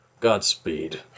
Godspeed